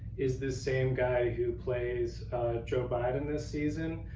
is the same guy who plays joe biden this season,